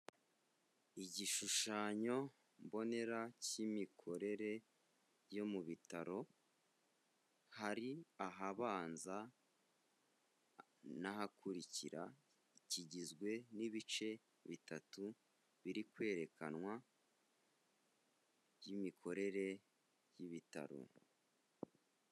Igishushanyo mbonera cy'imikorere yo mu bitaro, hari ahabanza n'ahakurikira, kigizwe n'ibice bitatu biri kwerekanwa by'imikorere y'ibitaro.